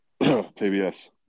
TBS